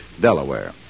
Delaware